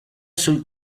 sul